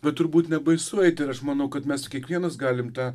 bet turbūt nebaisu eiti ir aš manau kad mes kiekvienas galim tą